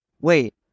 wait